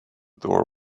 door